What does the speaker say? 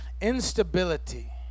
instability